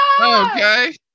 okay